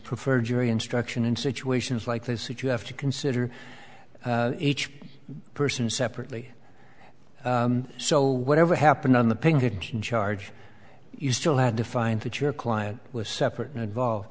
prefer jury instruction in situations like this if you have to consider each person separately so whatever happened on the pitch in charge you still had to find that your client was separate and involved